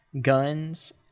guns